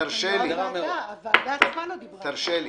אבל עכשיו לזרוק